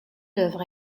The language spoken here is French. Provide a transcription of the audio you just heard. œuvre